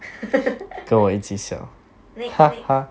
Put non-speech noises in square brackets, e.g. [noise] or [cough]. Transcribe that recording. [laughs] next next